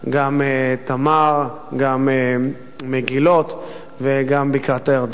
גם תמר, גם מגילות וגם בקעת-הירדן.